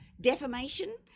defamation